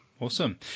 Awesome